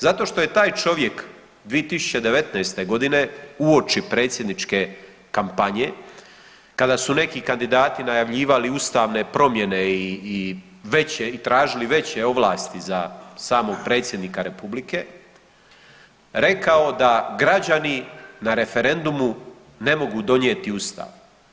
Zato što je taj čovjek 2019. godine uoči predsjedničke kampanje kada su neki kandidati najavljivali ustavne promjene i veće, i tražili veće ovlasti za samog predsjednika republike, rekao da građani na referendumu ne mogu donijeti Ustav.